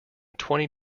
twenty